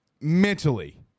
mentally